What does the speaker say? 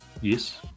Yes